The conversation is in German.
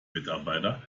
mitarbeiter